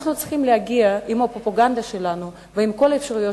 אנחנו צריכים להגיע עם הפרופגנדה שלנו ועם כל האפשרויות